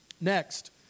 Next